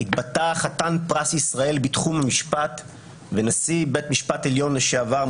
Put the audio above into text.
התבטא חתן פרס ישראל בתחום המשפט ונשיא בית משפט עליון לשעבר,